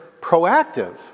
proactive